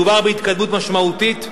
מדובר בהתקדמות משמעותית,